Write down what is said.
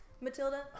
matilda